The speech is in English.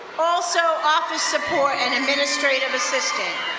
also office support and administrative assistant.